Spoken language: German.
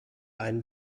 einen